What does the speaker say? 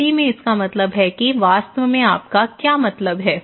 Italy में इसका मतलब है कि वास्तव में आपका क्या मतलब है